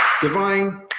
divine